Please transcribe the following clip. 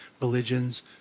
religions